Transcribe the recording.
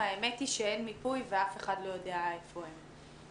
האמת היא שאין מיפוי ואף אחד לא יודע איפה הם.